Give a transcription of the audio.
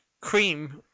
cream